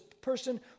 person